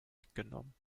mitgenommen